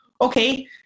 okay